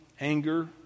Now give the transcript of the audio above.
anger